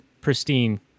pristine